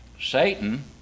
Satan